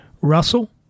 Russell